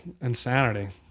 Insanity